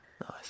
Nice